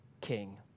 king